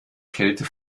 kälte